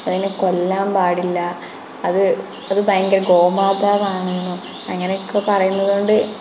അതിനെ കൊല്ലാൻ പാടില്ല അത് ഭയങ്കര ഒരു ഗോമാതാവാണെന്നും അങ്ങനെയൊക്കെ പറയുന്നതോണ്ട്